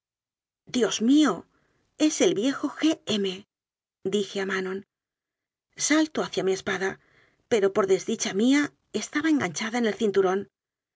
dios mío es el viejo g m dije a manon salto hacia mi es pada pero por desdicha mía estaba enganchada en el cinturón